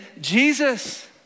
Jesus